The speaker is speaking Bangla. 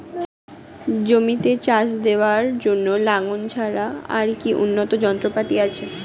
জমিতে চাষ দেওয়ার জন্য লাঙ্গল ছাড়া আর কি উন্নত যন্ত্রপাতি আছে?